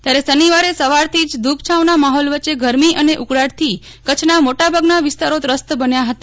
ત્યારે શનિવારે સવારથીજ ધુપછાંવના માફોલ વચ્ચે ગરમી અને ઉકળાટથી કચ્છના મોટાભાગના વિસ્તારો ત્રસ્ત બન્યા ફતા